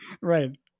Right